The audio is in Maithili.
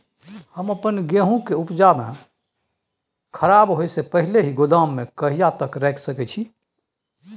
हम अपन गेहूं के उपजा के खराब होय से पहिले ही गोदाम में कहिया तक रख सके छी?